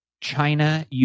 China